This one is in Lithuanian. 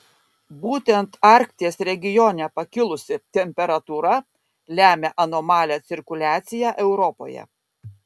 būtent arkties regione pakilusi temperatūra lemia anomalią cirkuliaciją europoje